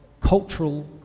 cultural